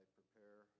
prepare